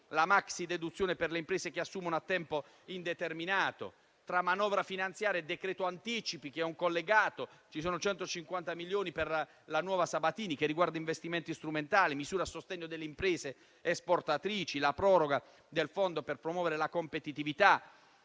la maxideduzione per le imprese che assumono a tempo indeterminato; tra manovra finanziaria e decreto anticipi, che è un collegato, vengono destinati 150 milioni per la "nuova Sabatini" che riguarda gli investimenti strumentali; ci sono misure a sostegno delle imprese esportatrici, la proroga del fondo per promuovere la competitività,